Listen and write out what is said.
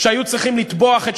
כאמור כבר חוקקנו בכנסת